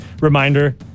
Reminder